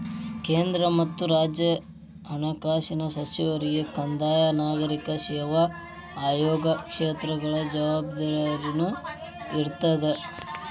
ಕೇಂದ್ರ ಮತ್ತ ರಾಜ್ಯ ಹಣಕಾಸಿನ ಸಚಿವರಿಗೆ ಕಂದಾಯ ನಾಗರಿಕ ಸೇವಾ ಆಯೋಗ ಕ್ಷೇತ್ರಗಳ ಜವಾಬ್ದಾರಿನೂ ಇರ್ತದ